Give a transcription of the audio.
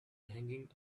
hanging